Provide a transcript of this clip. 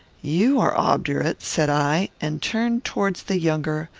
you are obdurate, said i, and turned towards the younger,